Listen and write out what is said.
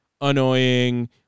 annoying